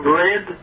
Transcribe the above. red